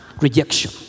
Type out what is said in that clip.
rejection